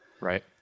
Right